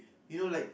you know like